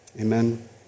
Amen